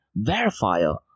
verifier